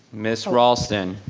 ms. raulston.